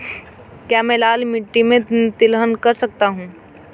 क्या मैं लाल मिट्टी में तिलहन कर सकता हूँ?